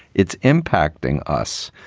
it's impacting us.